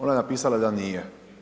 Ona je napisala da nije.